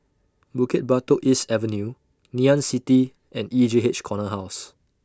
Bukit Batok East Avenue Ngee Ann City and E J H Corner House